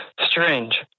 Strange